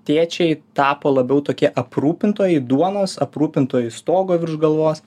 tėčiai tapo labiau tokie aprūpintojai duonos aprūpintoju stogo virš galvos